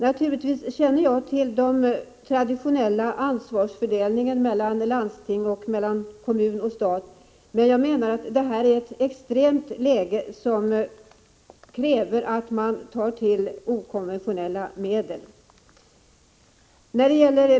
Naturligtvis känner jag till den traditionella ansvarsfördelningen mellan kommun, landsting och stat, men jag menar att det här är ett extremt läge, som kräver att man tar till okonventionella medel.